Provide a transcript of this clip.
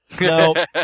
No